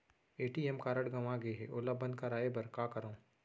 ATM card गंवा गे है ओला बंद कराये बर का करंव?